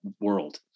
world